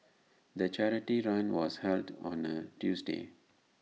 the charity run was held on A Tuesday